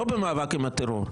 לא במאבק בטרור,